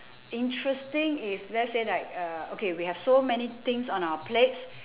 interesting if let's say like uh okay we have so many things on our plates